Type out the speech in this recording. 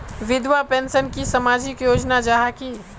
विधवा पेंशन की सामाजिक योजना जाहा की?